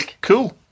Cool